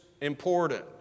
important